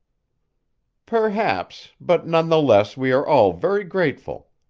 perhaps but none the less we are all very grateful.